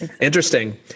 Interesting